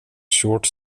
short